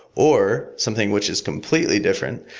or something which is completely different.